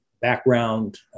background